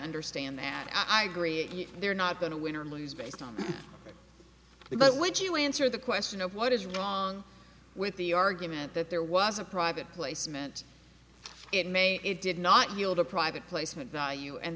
understand that i agree they're not going to win or lose based on it but would you answer the question of what is wrong with the argument that there was a private placement it made it did not yield a private placement value and